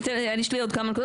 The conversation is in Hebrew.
יש לי עוד כמה נקודות.